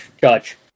judge